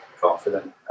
confident